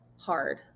hard